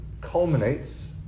culminates